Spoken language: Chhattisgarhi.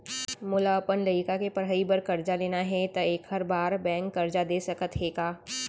मोला अपन लइका के पढ़ई बर करजा लेना हे, त एखर बार बैंक करजा दे सकत हे का?